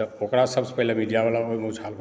तऽ ओकरा सभसँ पहिले मिडियावला उछाल मारैत छथिन